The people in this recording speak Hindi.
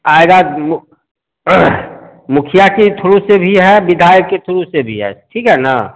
आएगा मुखिया के थ्रू से भी है विधायक के थ्रू से भी है ठीक है ना